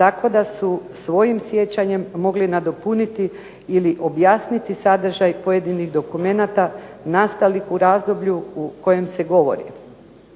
tako da su svojim sjećanjem mogli nadopuniti ili objasniti sadržaj pojedinih dokumenata nastalih u razdoblju o kojem se govori.